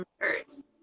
earth